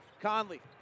Conley